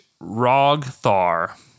Rogthar